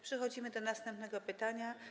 Przechodzimy do następnego pytania.